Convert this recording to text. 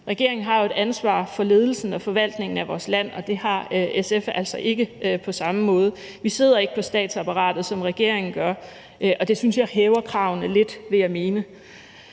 Regeringen har jo et ansvar for ledelsen og forvaltningen af vores land, og det har SF altså ikke på samme måde. Vi sidder ikke på statsapparatet, som regeringen gør, og det vil jeg mene øger kravene